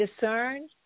discern